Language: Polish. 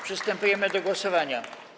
Przystępujemy do głosowania.